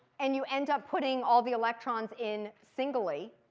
and you end up putting all the electrons in singly,